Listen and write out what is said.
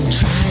Try